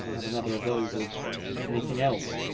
have another of those or anything else.